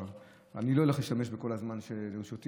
אני לא הולך להשתמש בכל הזמן שלרשותי.